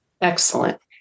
Excellent